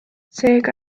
seega